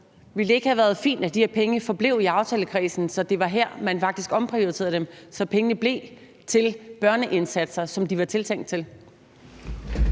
Ville det ikke have været fint, at de her penge forblev i aftalekredsen, så det var her, man faktisk omprioriterede dem, så pengene blev ved at være til børneindsatser, som de var tiltænkt til?